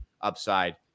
upside